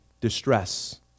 distress